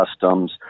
customs